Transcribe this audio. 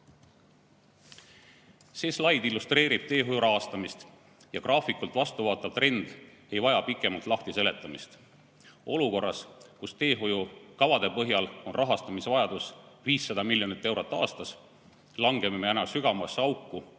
slaid illustreerib teehoiu rahastamist ja graafikult vastu vaatav trend ei vaja pikemat lahtiseletamist. Olukorras, kus teehoiukavade põhjal on rahastamisvajadus 500 miljonit eurot aastas, langeme me aina sügavamasse auku,